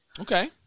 Okay